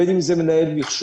בין אם זה מנהל מחשוב,